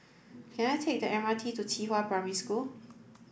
can I take the M R T to Qihua Primary School